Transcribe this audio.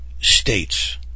states